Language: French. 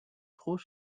trop